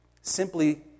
simply